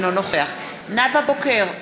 אינו נוכח נאוה בוקר,